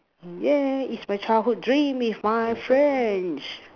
yeah is my childhood dream is my friends